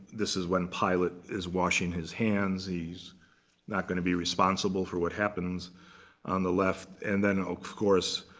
this is when pilate is washing his hands. he's not going to be responsible for what happens on the left. and then, of course,